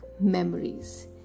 memories